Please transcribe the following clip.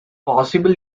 possible